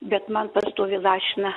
bet man pastoviai lašina